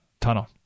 tunnel